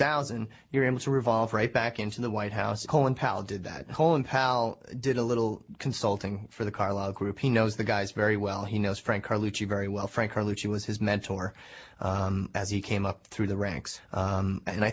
thousand you're able to revolve right back into the white house colin powell did that hole in pal did a little consulting for the carlyle group he knows the guys very well he knows frank carlucci very well frank carlucci was his mentor as he came up through the ranks and i